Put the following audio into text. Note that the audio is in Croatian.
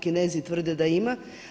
Kinezi tvrde da ima.